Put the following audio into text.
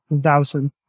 thousand